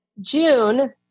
June